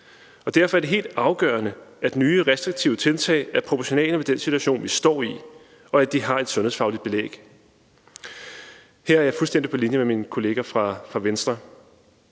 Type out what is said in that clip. Derfor er det helt afgørende, at nye restriktive tiltag er proportionale med den situation, vi står i, og at vi har et sundhedsfagligt belæg. Her er jeg fuldstændig på linje med min kollega fra Venstre.